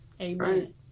Amen